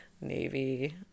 navy